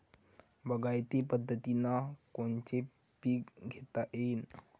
बागायती पद्धतीनं कोनचे पीक घेता येईन?